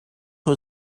who